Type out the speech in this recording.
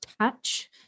touch